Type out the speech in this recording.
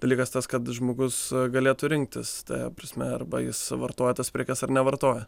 dalykas tas kad žmogus galėtų rinktis ta prasme arba jis vartoja tas prekes ar nevartoja